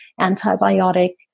antibiotic